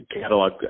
catalog